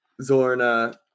Zorna